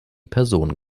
personen